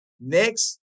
Next